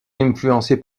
influencé